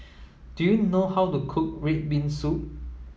do you know how to cook red bean soup